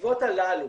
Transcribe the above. הסביבות הללו